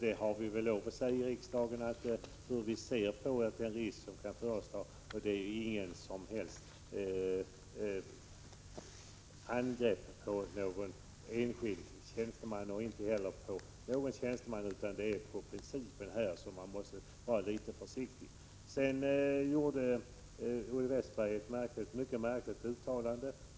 Vi har väl lov att i riksdagen framhålla hur vi ser på den risk som kan uppkomma. Det innebär inget som helst angrepp på någon enskild tjänsteman. Men själva principen måste man vara lite försiktig med. Olle Westberg gjorde också ett märkligt uttalande.